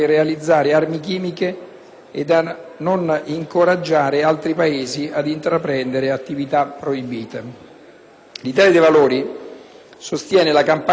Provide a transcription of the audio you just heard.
Italia dei Valori sostiene la campagna che storicamente, fin dagli anni Settanta, con il Trattato di non proliferazione nucleare (TNP),